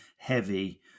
heavy